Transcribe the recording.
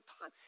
time